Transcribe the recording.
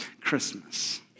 Christmas